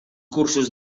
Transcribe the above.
cursos